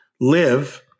live